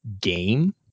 game